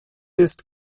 ist